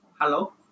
Hello